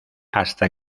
hasta